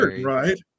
Right